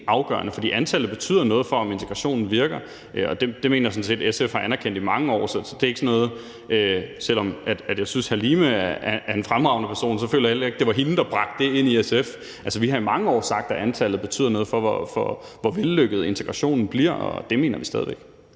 afgørende. For antallet betyder noget for, om integrationen virker, og det mener jeg sådan set at SF har anerkendt i mange år. Selv om jeg synes, at Halime Oguz er en fremragende person, føler jeg heller ikke, at det var hende, der bragte det ind i SF; vi har i mange år sagt, at antallet betyder noget for, hvor vellykket integrationen bliver, og det mener vi stadig væk.